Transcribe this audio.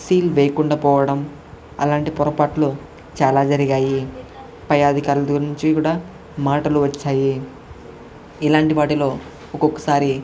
seal వేయకుండా పోవడం అలాంటి పొరపాట్లు చాలా జరిగాయి పై అధికారుల గురించి కూడా మాటలు వచ్చాయి ఇలాంటి వాటిలో ఒక్కొక్కసారి